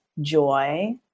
joy